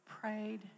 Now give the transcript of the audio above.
prayed